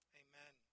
amen